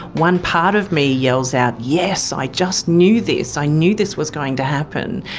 one part of me yells out yes, i just knew this, i knew this was going to happen'.